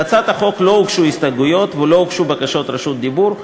להצעת החוק לא הוגשו הסתייגויות ולא הוגשו בקשות רשות דיבור.